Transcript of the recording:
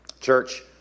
Church